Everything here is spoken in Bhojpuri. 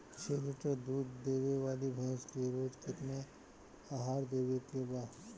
छह लीटर दूध देवे वाली भैंस के रोज केतना आहार देवे के बा?